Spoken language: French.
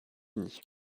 unis